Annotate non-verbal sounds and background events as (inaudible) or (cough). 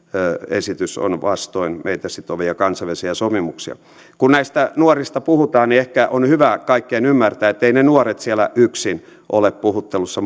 esitys on vastoin meitä sitovia kansainvälisiä sopimuksia kun näistä nuorista puhutaan niin ehkä on hyvä kaikkien ymmärtää etteivät ne nuoret siellä yksin ole puhuttelussa (unintelligible)